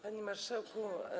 Panie Marszałku!